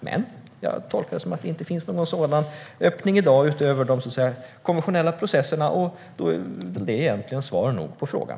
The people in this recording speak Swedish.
Men jag tolkar det som att det inte finns någon sådan öppning i dag utöver de konventionella processerna, och det är egentligen svar nog på frågan.